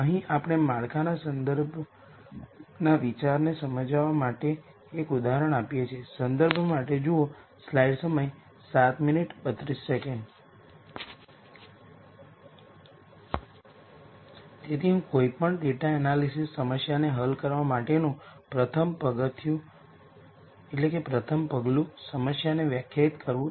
symmetric મેટ્રિક્સનું એક ઉત્તમ ઉદાહરણ જ્યાં આઇગન વૅલ્યુઝ ઘણી વખત પુનરાવર્તિત થાય છે તેથી આઇડેન્ટિટી મેટ્રિક્સ લો અહીં આવું કંઈક આ આઇડેન્ટિટી મેટ્રિક્સમાં આઇગન વૅલ્યુ λ 1 છે જે ત્રણ વાર પુનરાવર્તિત થાય છે